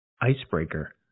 icebreaker